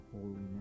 holiness